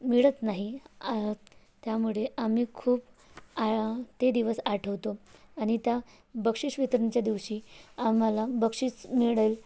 मिळत नाही त्यामुळे आम्ही खूप आ ते दिवस आठवतो आणि त्या बक्षीस वितरणाच्या दिवशी आम्हाला बक्षीस मिळेल